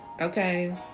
okay